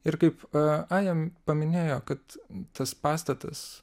ir kaip aja paminėjo kad tas pastatas